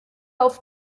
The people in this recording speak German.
auf